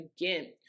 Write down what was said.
again